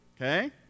okay